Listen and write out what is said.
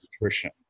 nutrition